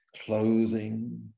clothing